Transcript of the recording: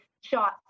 shots